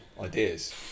ideas